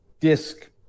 disc